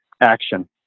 action